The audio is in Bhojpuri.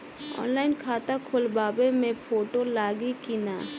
ऑनलाइन खाता खोलबाबे मे फोटो लागि कि ना?